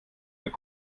eine